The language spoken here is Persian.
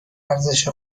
ارزش